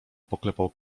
poklepał